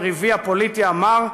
יריבי הפוליטי המר,